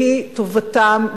והיא טובתם,